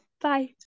Bye